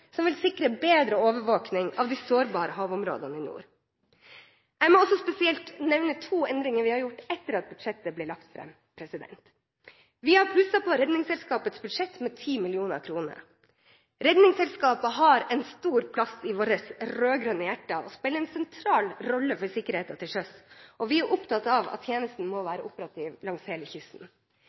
som vil sikre bedre overvåkning av de sårbare havområdene i nord. Jeg må spesielt nevne to endringer vi har gjort etter at budsjettet ble lagt fram. Vi har plusset på Redningsselskapets budsjett med 10 mill. kr. Redningsselskapet har en stor plass i vårt rød-grønne hjerte, og spiller en sentral rolle for sikkerheten til sjøs. Vi er opptatt av at tjenesten må være operativ langs hele kysten.